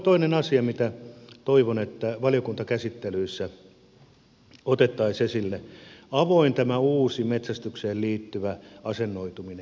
toinen asia mitä toivon että valiokuntakäsittelyissä otettaisiin esille on tämä avoin uusi metsästykseen liittyvä asennoituminen